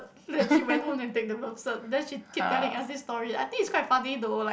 then she went home then take the birth cert then she keep telling us this story I think is quite funny though like